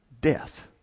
death